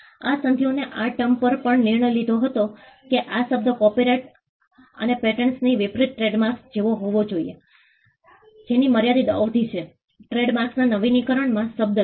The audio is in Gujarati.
આ સંધિઓએ આ ટર્મ પર પણ નિર્ણય લીધો હતો કે આ શબ્દ કોપિરાઇટ અને પેટન્ટ્સની વિપરીત ટ્રેડમાર્ક જેવો હોવો જોઈએ જેની મર્યાદિત અવધિ છે ટ્રેડમાર્ક્સમાં નવીનીકરણીય શબ્દ છે